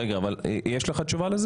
יש לך תשובה לשאלת